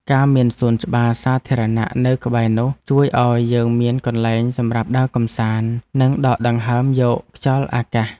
ការមានសួនច្បារសាធារណៈនៅក្បែរនោះ ជួយឱ្យយើងមានកន្លែងសម្រាប់ដើរកម្សាន្ត និងដកដង្ហើមយកខ្យល់អាកាស។